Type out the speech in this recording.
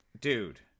Dude